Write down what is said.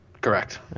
Correct